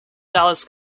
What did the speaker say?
dallas